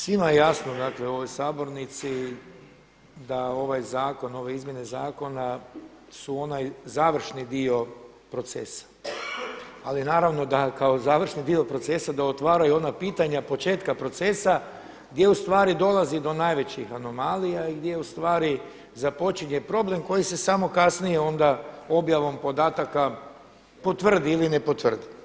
Svima je jasno u ovoj sabornici da ovaj zakon ove izmjene zakona su onaj završni dio procesa, ali naravno da kao završni dio procesa da otvaraju ona pitanja početka procesa gdje dolazi do najvećih anomalija i gdje započinje problem koji se samo kasnije objavom podataka potvrdi ili ne potvrdi.